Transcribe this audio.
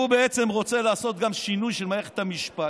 שהוא בעצם רוצה לעשות גם שינוי של מערכת המשפט,